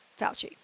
Fauci